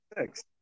six